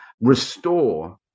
restore